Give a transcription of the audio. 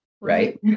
Right